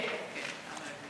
כן, כן.